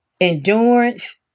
endurance